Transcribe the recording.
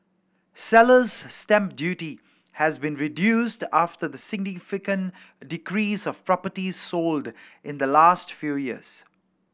seller's stamp duty has been reduced after the significant decrease of properties sold in the last few years